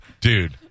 Dude